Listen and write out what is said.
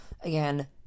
again